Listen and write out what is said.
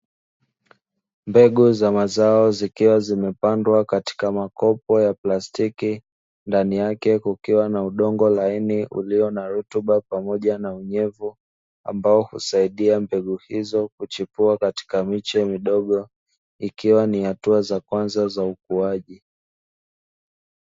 Mbegu za mazao zikiwa zimepandwa katika makopo ya plastiki ndani yake kukiwa na udongo laini ulio na rutuba pamoja na unyevu ambao husaidia mbegu hizo kuchipua katika miche midogo ikiwa ni hatua za kwanza za ukuaji.